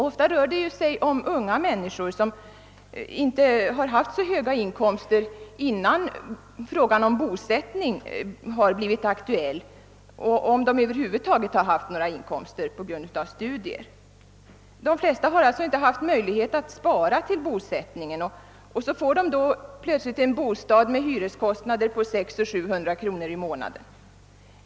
Ofta gäller det unga människor, som inte har haft så höga inkomster innan bosättningsfrågan blev aktuell — eller inte haft några inkomster alls på grund av studier. De flesta lånesökande har sålunda inte haft någon möjlighet att spara till bosättning, och så får de plötsligt en bostad med en hyra på 600 å 700 kronor i månaden.